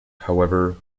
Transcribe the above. however